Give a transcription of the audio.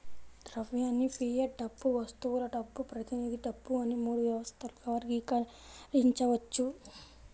ద్రవ్యాన్ని ఫియట్ డబ్బు, వస్తువుల డబ్బు, ప్రతినిధి డబ్బు అని మూడు వ్యవస్థలుగా వర్గీకరించవచ్చు